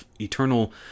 eternal